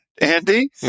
Andy